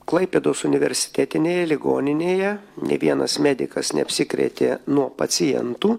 klaipėdos universitetinėje ligoninėje nė vienas medikas neapsikrėtė nuo pacientų